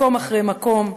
מקום אחרי מקום,